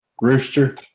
rooster